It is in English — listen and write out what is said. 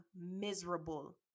miserable